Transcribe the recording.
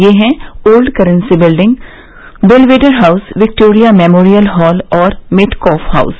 ये हैं old currency building Belvedere house Victoria memorial hall और मेटकाफ हाउस